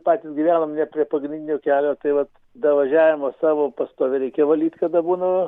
patys gyvenam ne prie pagrindinio kelio tai vat davažiavimą savo pastoviai reikia valyt kada būna